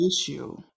issue